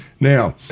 Now